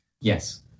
Yes